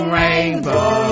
rainbow